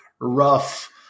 rough